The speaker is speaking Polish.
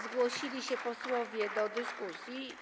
Zgłosili się posłowie do dyskusji.